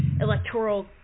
electoral